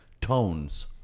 tones